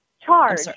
Charge